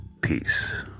Peace